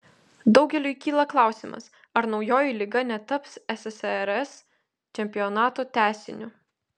daugeliui kyla klausimas ar naujoji lyga netaps ssrs čempionato tęsiniu